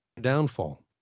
Downfall